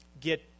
get